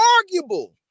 arguable